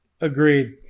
Agreed